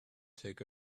take